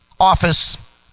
office